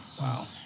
Wow